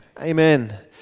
Amen